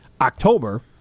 October